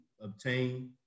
obtain